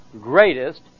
greatest